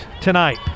tonight